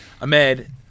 Ahmed